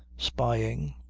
spying,